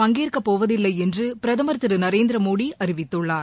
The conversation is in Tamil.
பங்கேற்க போவதில்லை என்று பிரதமர் திரு நரேந்திர மோடி அறிவித்துள்ளார்